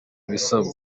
ibisabwa